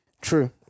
True